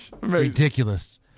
Ridiculous